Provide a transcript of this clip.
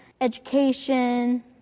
education